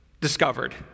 discovered